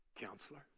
counselor